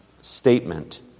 statement